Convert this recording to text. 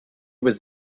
was